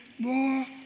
more